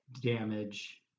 damage